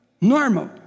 Normal